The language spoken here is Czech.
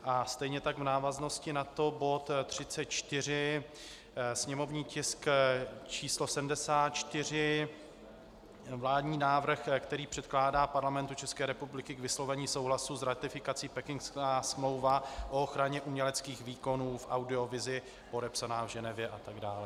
A stejně tak v návaznosti na to bod 34, sněmovní tisk číslo 74, vládní návrh, kterým se předkládá Parlamentu České republiky k vyslovení souhlasu s ratifikací Pekingská smlouva o ochraně uměleckých výkonů v audiovizi, podepsaná v Ženevě atd.